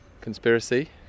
conspiracy